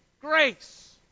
grace